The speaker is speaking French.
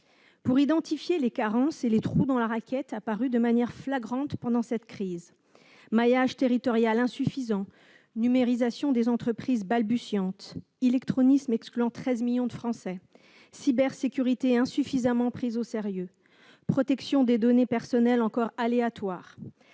d'identifier les carences et les « trous dans la raquette » apparus de manière flagrante pendant cette crise : maillage territorial insuffisant, numérisation des entreprises balbutiante, illectronisme excluant 13 millions de Français, cybersécurité insuffisamment prise au sérieux, protection des données personnelles encore aléatoire,